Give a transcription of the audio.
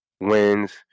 wins